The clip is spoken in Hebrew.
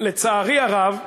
לצערי הרב,